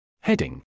Heading